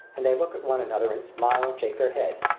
and they look at one another and smile and shake their heads,